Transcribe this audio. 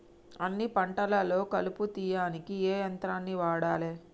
అన్ని పంటలలో కలుపు తీయనీకి ఏ యంత్రాన్ని వాడాలే?